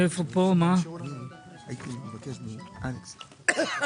אין חבר ועדה שביקש הבהרות, שביקש לעכב